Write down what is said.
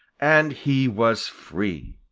and he was free!